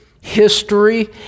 History